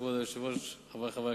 שלושה חודשים.